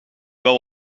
wel